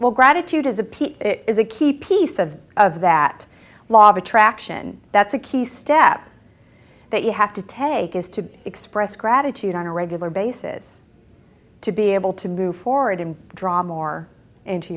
well gratitude is a p is a key piece of of that law of attraction that's a key step that you have to take is to express gratitude on a regular basis to be able to move forward and draw more into